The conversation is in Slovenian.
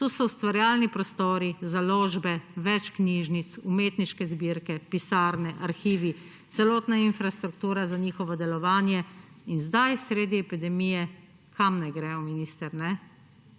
Tu so ustvarjalni prostori, založbe, več knjižnic, umetniške zbirke, pisarne, arhivi, celotna infrastruktura za njihovo delovanje in zdaj, sredi epidemije – kam naj grejo, minister?